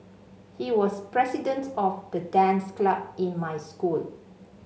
he was president of the dance club in my school